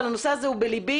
אבל הנושא הזה הוא בלבי.